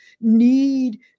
need